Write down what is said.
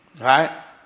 Right